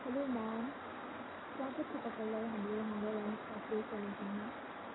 hello ma'am स्वागत छ तपाईँलाई हाम्रो हम्बल एन्ड क्याफे कालिम्पोङमा